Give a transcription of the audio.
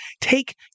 take